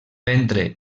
ventre